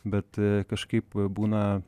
bet kažkaip būna